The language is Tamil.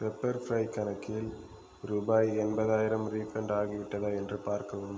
பெப்பர்ஃப்ரை கணக்கில் ரூபாய் எண்பதாயிரம் ரீஃபண்ட் ஆகிவிட்டதா என்று பார்க்கவும்